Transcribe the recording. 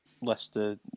Leicester